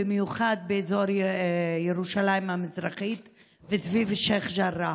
במיוחד באזור ירושלים המזרחית וסביב שייח' ג'ראח.